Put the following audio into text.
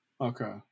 Okay